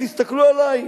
תסתכלו עלי,